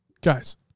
guys